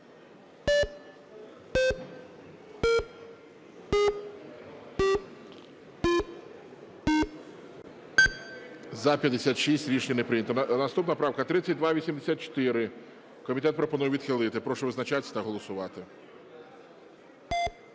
За-56 Рішення не прийнято. Наступна правка – 3284. Комітет пропонує відхилити. Прошу визначатись та голосувати.